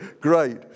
great